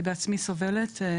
אני בעצמי סובלת.